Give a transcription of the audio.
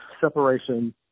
separation